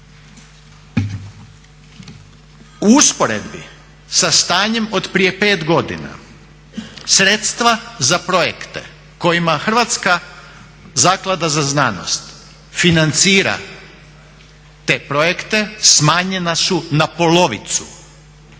U usporedbi sa stanjem od prije pet godina sredstva za projekte kojima Hrvatska zaklada za znanost financira te projekte smanjena su na polovicu.